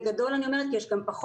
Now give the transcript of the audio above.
בגדול אני אומרת כי יש גם פחות,